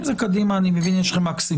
אם זה קדימה אני מבין שיש לך מקסימום.